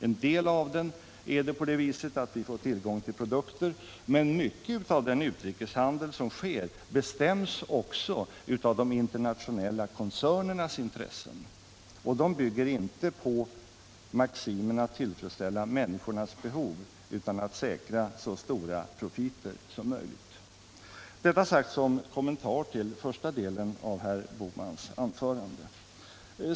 En del av den är det på det sättet att vi får tillgång till vissa produkter, men mycket av den utrikeshandel som bedrivs bestäms också av de internationella koncernernas intressen, och de bygger inte på maximen att tillfredsställa människornas behov utan att säkra så stora profiter som möjligt. Detta sagt som kommentar till första delen av herr Bohmans anförande.